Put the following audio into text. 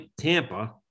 Tampa